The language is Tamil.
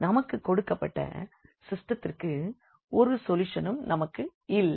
நமக்குக் கொடுக்கப்பட்ட சிஸ்டத்திற்கு ஒரு சொல்யூஷனும் நமக்கு இல்லை